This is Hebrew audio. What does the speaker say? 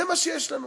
זה מה שיש לנו.